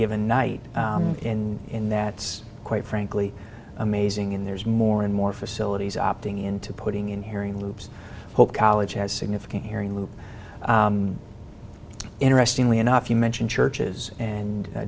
given night in in that quite frankly amazing in there's more and more facilities opting into putting in hearing loops hope college has significant hearing loop interestingly enough you mentioned churches and